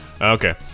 Okay